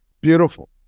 Beautiful